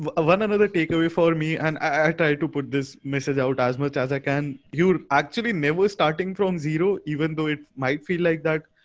ah ah one another takeaway for me and i try to put this message out as much as i can, you actually may be starting from zero even though it might feel like that.